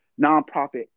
nonprofit